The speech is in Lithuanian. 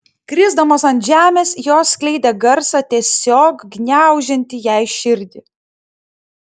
krisdamos ant žemės jos skleidė garsą tiesiog gniaužiantį jai širdį